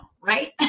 right